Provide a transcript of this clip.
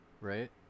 Right